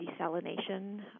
desalination